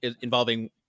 involving